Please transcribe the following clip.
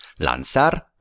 lanzar